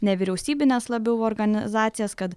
nevyriausybines labiau organizacijos kad